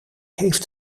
heeft